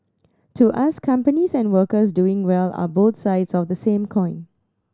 to us companies and workers doing well are both sides of the same coin